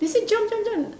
they say jump jump jump